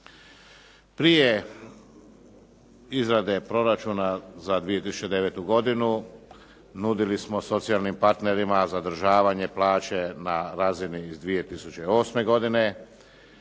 Prije izrade proračuna za 2009. godinu nudili smo socijalnim partnerima zadržavanje plaće na razini iz 2008. godine,